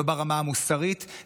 לא ברמה המוסרית,